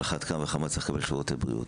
על אחת כמה וכמה הוא צריך לקבל שירותי בריאות.